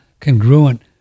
congruent